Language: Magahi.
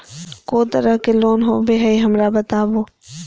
को तरह के लोन होवे हय, हमरा बताबो?